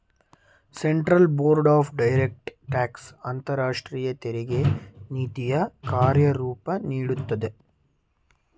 central board of direct tax ಅಂತರಾಷ್ಟ್ರೀಯ ತೆರಿಗೆ ನೀತಿಯ ಕಾರ್ಯರೂಪ ನೀಡುತ್ತದೆ